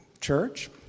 church